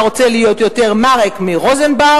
אתה רוצה להיות יותר מארק מרוזנבאום,